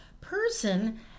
person